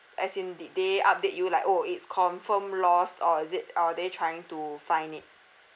as in did they update you like orh it's confirmed lost or is it or are they trying to find it